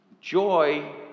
Joy